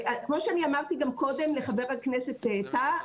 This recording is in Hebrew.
כמו שאמרתי גם קודם לחבר הכנסת טאהא,